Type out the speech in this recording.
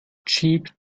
cheap